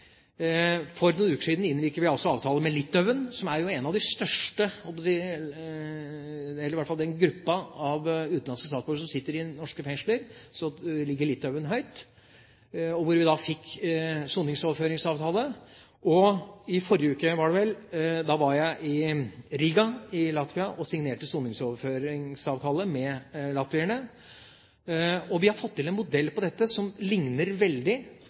for noen uker siden inngikk vi også avtale med Litauen. Blant gruppen av utenlandske statsborgere som sitter i norske fengsler, ligger de fra Litauen høyt. Vi fikk altså en soningsoverføringsavtale. I forrige uke var det vel, var jeg i Riga i Latvia og signerte en soningsoverføringsavtale med latvierne. Vi har fått til en modell på dette som likner veldig